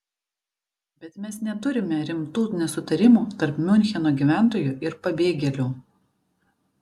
bet mes neturime rimtų nesutarimų tarp miuncheno gyventojų ir pabėgėlių